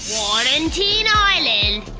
quarantine island.